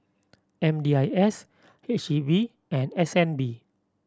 M D I S H E B and S N B